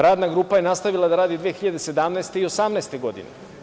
Radna grupa je nastavila da radi 2017. i 2018. godine.